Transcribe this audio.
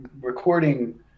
recording